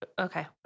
Okay